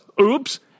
Oops